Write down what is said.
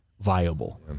viable